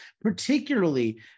particularly